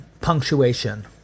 punctuation